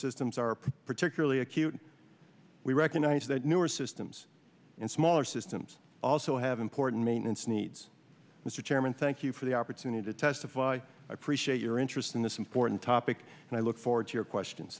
systems are particularly acute we recognize that newer systems and smaller systems also have important maintenance needs mr chairman thank you for the opportunity to testify i appreciate your interest in this important topic and i look forward to your questions